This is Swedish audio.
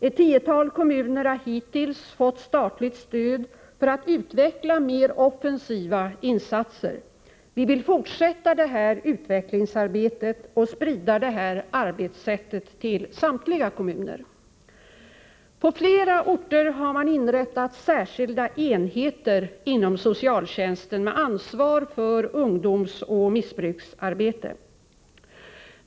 Ett tiotal kommuner har hittills fått statligt stöd för att utveckla mer offensiva insatser. Vi vill fortsätta detta utvecklingsarbete och sprida detta arbetssätt till samtliga kommuner. På flera orter har man inrättat särskilda enheter inom socialtjänsten med ansvar för ungdomsoch missbruksarbete.